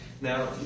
Now